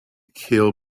kill